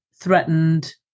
threatened